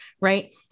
right